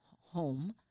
home